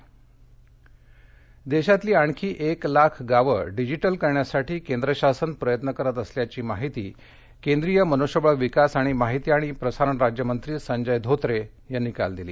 अकोला देशातली आणखी एक लाख गावाडिजिटल करण्यासाठी केंद्र शासन प्रयत्न करत असल्याची माहिती केंद्रीय मनृष्यबळ विकास आणि माहिती आणि प्रसारण राज्यमश्रीसद्धि धोत्रे यासी काल दिली